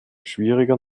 schwieriger